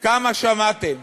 כמה שמעתם